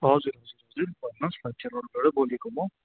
हजुर हजुर हजुर भन्नुहोस् न बाट बोलेको म